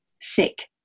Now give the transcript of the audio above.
sick